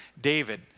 David